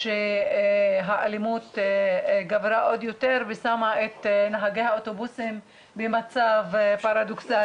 שהאלימות גברה עוד יותר ושמה את נהגי האוטובוסים במצב פרדוקסלי,